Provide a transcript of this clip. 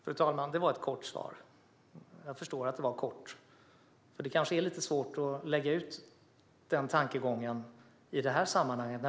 Fru talman! Det var ett kort svar. Jag förstår att det var kort, för det kanske är lite svårt att lägga ut den tankegången i det här sammanhanget.